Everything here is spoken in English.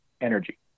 energy